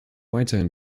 weiterhin